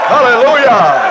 Hallelujah